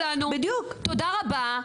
תודה רבה.